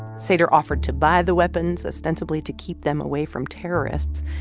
sater offered to buy the weapons ostensibly to keep them away from terrorists.